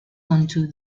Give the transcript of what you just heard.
onto